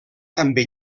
també